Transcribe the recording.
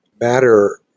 matter